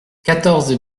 quatorze